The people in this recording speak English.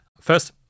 First